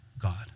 God